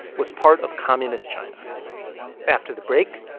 was part of communist china after the break,